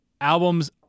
albums